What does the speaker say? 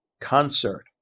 concert